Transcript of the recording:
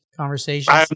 conversations